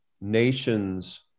nations